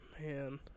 Man